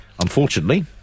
Unfortunately